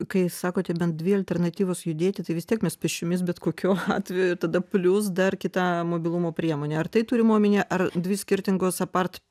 kai sakote bent dvi alternatyvos judėti tai vis tiek mes pėsčiomis bet kokiu atveju tada plius dar kita mobilumo priemonė ar tai turima omeny ar dvi skirtingos apart